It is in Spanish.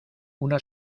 una